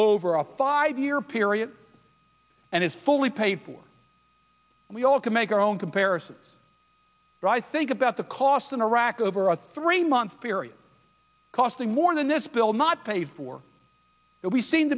over a five year period and is fully paid for and we all can make our own comparison i think about the cost in iraq over a three month period costing more than this bill not paid for but we seem